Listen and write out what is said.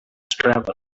travel